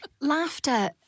Laughter